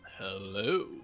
Hello